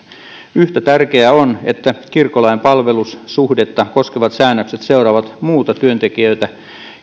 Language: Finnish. yhtä tärkeää on että kirkkolain palvelussuhdetta koskevat säännökset seuraavat muita työntekijöitä